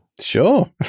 Sure